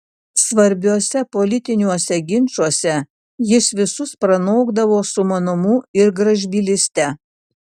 svarbiuose politiniuose ginčuose jis visus pranokdavo sumanumu ir gražbylyste